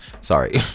sorry